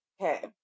Okay